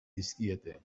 dizkiete